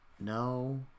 No